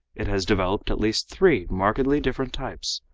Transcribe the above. it has developed at least three markedly different types,